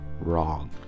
wrong